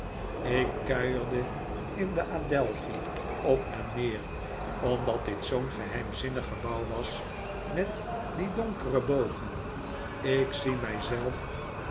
ik kuierde in de adelphi op en neer omdat dit zoo'n geheimzinnig gebouw was met die donkere bogen ik zie